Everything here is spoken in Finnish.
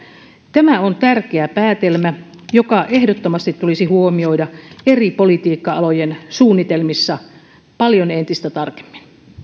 tämä on tärkeä päätelmä joka tulisi ehdottomasti huomioida eri politiikka alojen suunnitelmissa paljon entistä tarkemmin